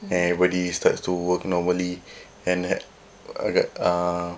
and everybody starts to work normally and uh uh